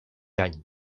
any